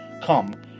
come